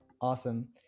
Awesome